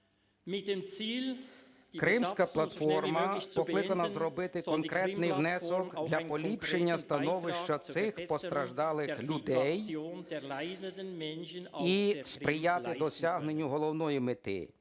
Кримська платформа покликана зробити конкретний внесок для поліпшення становища цих постраждалих людей і сприяти досягненню головної мети